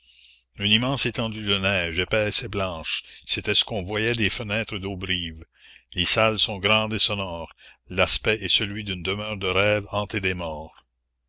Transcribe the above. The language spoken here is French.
une immense étendue de neige épaisse et blanche c'était ce qu'on voyait des fenêtres d'auberive les salles sont grandes et sonores l'aspect est celui d'une demeure de rêve hantée des morts